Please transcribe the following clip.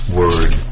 word